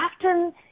often